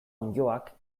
onddoak